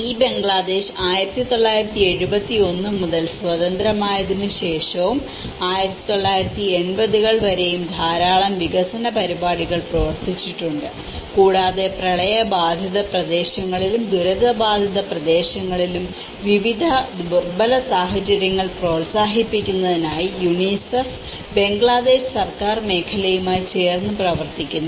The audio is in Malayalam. ഈ ബംഗ്ലാദേശ് 1971 മുതൽ സ്വതന്ത്രമായതിനുശേഷവും 1980 കൾ വരെയും ധാരാളം വികസന പരിപാടികൾ പ്രവർത്തിച്ചിട്ടുണ്ട് കൂടാതെ പ്രളയബാധിത പ്രദേശങ്ങളിലും ദുരന്തബാധിത പ്രദേശങ്ങളിലും വിവിധ ദുർബല സാഹചര്യങ്ങൾ പ്രോത്സാഹിപ്പിക്കുന്നതിനായി യുണിസെഫ് ബംഗ്ലാദേശ് സർക്കാർ മേഖലയുമായി ചേർന്ന് പ്രവർത്തിക്കുന്നു